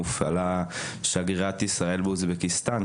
הופעלה שגרירת ישראל באוזבקיסטן,